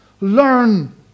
Learn